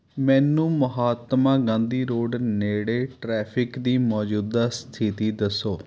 ਮੈਨੂੰ ਮਹਾਤਮਾ ਗਾਂਧੀ ਰੋਡ ਨੇੜੇ ਟ੍ਰੈਫਿਕ ਦੀ ਮੌਜੂਦਾ ਸਥਿਤੀ ਦੱਸੋ